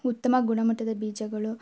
ಉತ್ತಮ ಗುಣಮಟ್ಟದ ಬೀಜಗಳು